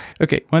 Okay